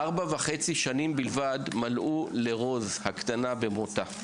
ארבע וחצי שנים בלבד מלאו לרוז הקטנה במותה.